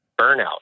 burnout